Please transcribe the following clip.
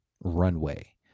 runway